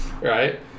right